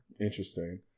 interesting